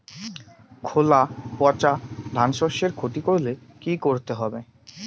খোলা পচা ধানশস্যের ক্ষতি করলে কি করতে হবে?